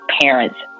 parents